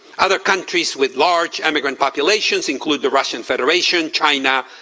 other countries with large emigrant populations include the russian federation, china,